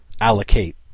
allocate